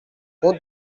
route